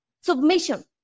Submission